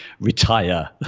retire